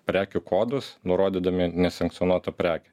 prekių kodus nurodydami nesankcionuotą prekę